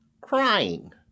crying